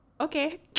Okay